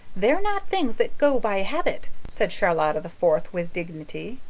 they're not things that go by habit, said charlotta the fourth with dignity.